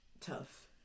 tough